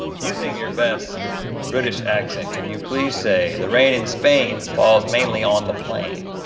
using your best british accent can you please say, the rain in spain falls mainly on the plain.